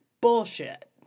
bullshit